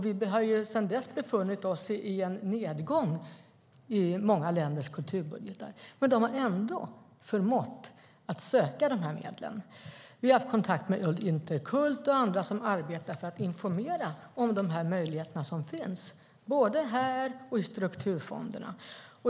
Vi har sedan dess befunnit oss i en nedgång i många länders kulturbudgetar, men de har ändå förmått söka de här medlen. Vi har haft kontakt med Intercult och andra som arbetar för att informera om de möjligheter som finns, både här och i strukturfonderna.